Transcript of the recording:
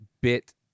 bit